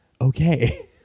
okay